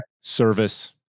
Service